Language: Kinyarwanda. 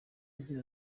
agira